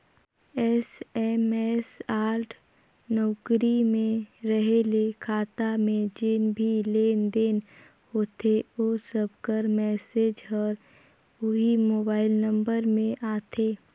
SMS alert नउकरी में रहें ले खाता में जेन भी लेन देन होथे ओ सब कर मैसेज हर ओही मोबाइल नंबर में आथे